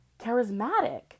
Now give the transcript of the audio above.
charismatic